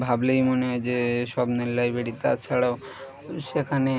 ভাবলেই মনে হয় যে স্বপ্নের লাইব্রেরি তাছাড়াও সেখানে